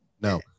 no